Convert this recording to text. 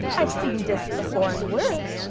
i've seen dis before in words,